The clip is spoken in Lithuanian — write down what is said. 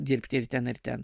dirbti ir ten ir ten